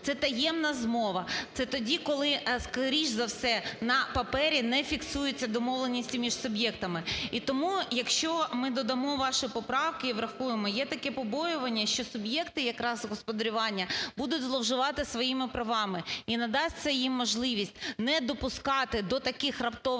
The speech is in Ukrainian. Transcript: Це таємно змова. Це тоді, коли скоріш за все на папері не фіксуються домовленості між суб'єктами. І тому, якщо ми додамо ваші поправки і врахуємо, є таке побоювання, що суб'єкти якраз господарювання будуть зловживати своїми правами, і надасть це їм можливість не допускати до таких раптових